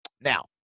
Now